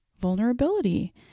Vulnerability